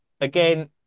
Again